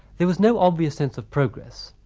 there was no obvious sense of progress,